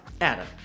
adam